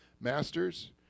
Masters